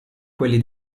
quelli